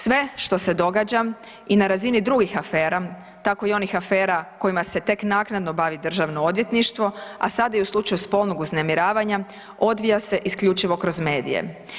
Sve što se događa i na razini drugih afera, tako i onih afera kojima se tek naknadno bavi državno odvjetništvo, a sad i u slučaju spolnog uznemiravanja odvija se isključivo kroz medije.